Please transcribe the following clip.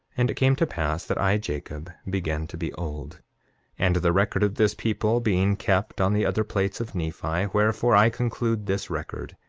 and it came to pass that i, jacob, began to be old and the record of this people being kept on the other plates of nephi, wherefore, i conclude this record,